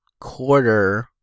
quarter